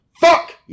fuck